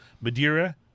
Madeira